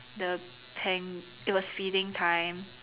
the peng~ it was feeding time